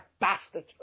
bastard